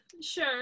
Sure